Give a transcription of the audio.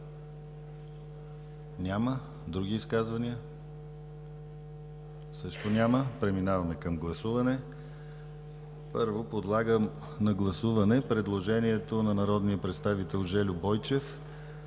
Няма. Други изказвания? Също няма. Преминаваме към гласуване. Подлагам на гласуване предложението на народния представител Жельо Бойчев